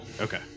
Okay